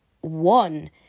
one